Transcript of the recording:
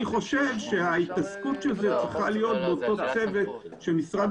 חושב שההתעסקות של זה צריכה להיות באותו סבב שמשרד